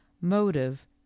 motive